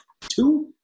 two